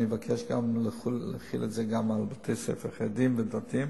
אני אבקש גם להחיל את זה על בתי-ספר חרדיים ודתיים,